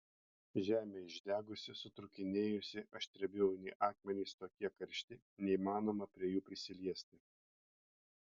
žemė išdegusi sutrūkinėjusi aštriabriauniai akmenys tokie karšti neįmanoma prie jų prisiliesti